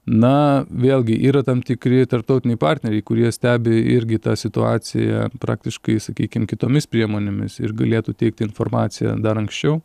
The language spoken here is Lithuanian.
na vėlgi yra tam tikri tarptautiniai partneriai kurie stebi irgi tą situaciją praktiškai sakykim kitomis priemonėmis ir galėtų teikt informaciją dar anksčiau